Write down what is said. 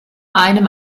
einem